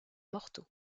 morteau